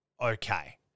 okay